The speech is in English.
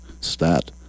stat